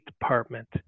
department